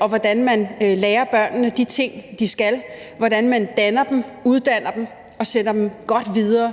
og hvordan man lærer børnene de ting, de skal lære; hvordan man danner dem, uddanner dem og sender dem godt videre.